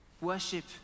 worship